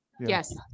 Yes